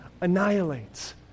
annihilates